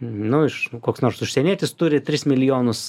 nu iš nu koks nors užsienietis turi tris milijonus